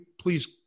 please